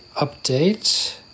update